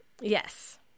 Yes